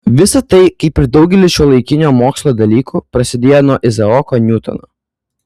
visa tai kaip ir daugelis šiuolaikinio mokslo dalykų prasidėjo nuo izaoko niutono